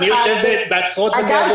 אני יושב בעשרות --- אני רוצה להגיד לך,